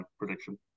prediction